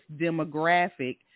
demographic